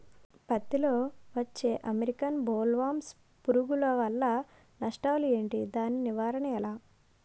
పత్తి లో వచ్చే అమెరికన్ బోల్వర్మ్ పురుగు వల్ల నష్టాలు ఏంటి? దాని నివారణ ఎలా?